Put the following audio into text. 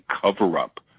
cover-up